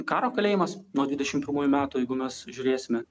karo kalėjimas nuo dvidešim pirmųjų metų jeigu mes žiūrėsime